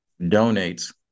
donates